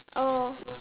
oh